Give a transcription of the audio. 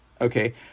okay